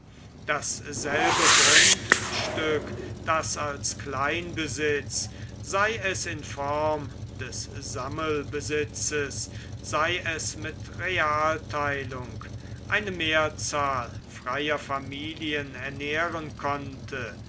dasselbe grundstück das als kleinbesitz sei es in form des sammelbesitzes sei es mit realteilung eine mehrzahl freier familien ernähren konnte